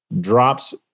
drops